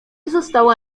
została